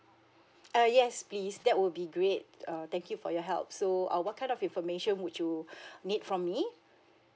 uh yes please that would be great uh thank you for your help so uh what kind of information would you need from me